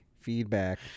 feedback